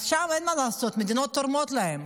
אז שם אין מה לעשות, מדינות תורמות להם,